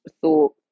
thought